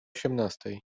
osiemnastej